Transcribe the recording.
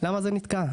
למה זה נתקע?